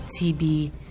TB